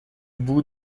bout